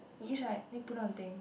finish right then put down the thing